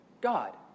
God